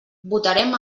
votarem